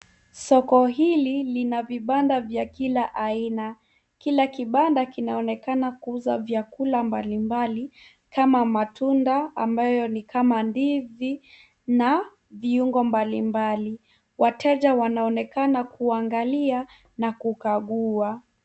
Soko hili lina vibanda vya kila aina, kila kibanda kinaonekana kuuza vyakula mbali mbali kama matunda ambayo ni kama ndizi na viungo mbali mbali, wateja wanaonekana kuangalia na kukagua.